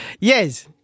yes